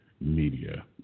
media